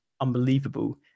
unbelievable